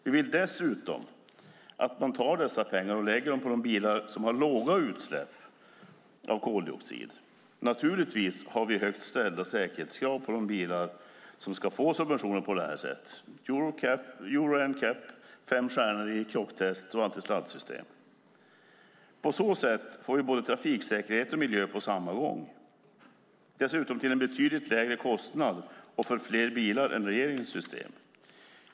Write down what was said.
Vi vill dessutom att man tar dessa pengar och lägger dem på de bilar som har låga utsläpp av koldioxid. Naturligtvis har vi högt ställda säkerhetskrav på de bilar som på det sättet ska få subventioner - fem stjärnor i Euro NCAP:s krocktest och antisladdsystem. På så sätt får vi trafiksäkerhet och ställer miljökrav på samma gång, dessutom till en betydligt lägre kostnad och gällande fler bilar än med regeringens system.